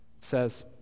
says